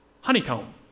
honeycomb